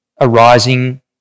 arising